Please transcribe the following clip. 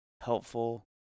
helpful